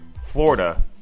Florida